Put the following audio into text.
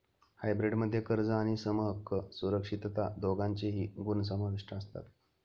hybrid मध्ये कर्ज आणि समहक्क सुरक्षितता दोघांचेही गुण समाविष्ट असतात